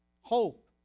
Hope